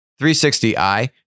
360i